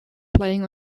playing